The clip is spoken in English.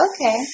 Okay